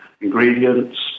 ingredients